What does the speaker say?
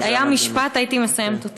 היה משפט, הייתי מסיימת אותו.